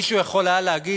מישהו יכול להגיד